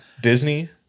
Disney